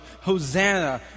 Hosanna